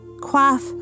Quaff